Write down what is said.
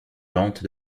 lente